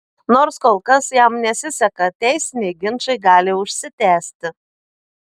nors kol kas jam nesiseka teisiniai ginčai gali užsitęsti